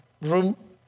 room